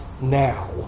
now